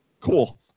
Cool